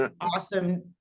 awesome